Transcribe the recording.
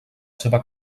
seva